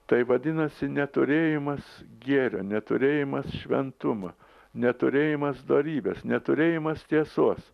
tai vadinasi neturėjimas gėrio neturėjimas šventumo neturėjimas dorybės neturėjimas tiesos